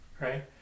right